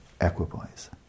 equipoise